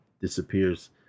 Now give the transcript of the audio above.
disappears